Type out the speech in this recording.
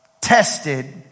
Tested